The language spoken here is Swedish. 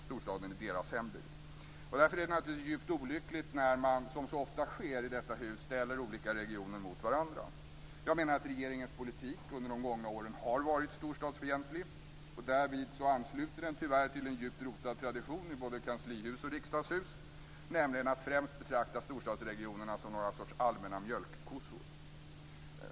Storstaden är deras hembygd. Därför är det naturligtvis djupt olyckligt när man, som så ofta sker i detta hus, ställer olika regioner mot varandra. Jag menar att regeringens politik under de gångna åren har varit storstadsfientlig. Därvid ansluter den tyvärr till en djupt rotad tradition i både kanslihus och riksdagshus, nämligen att främst betrakta storstadsregionerna som någon sorts allmänna mjölkkossor.